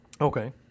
Okay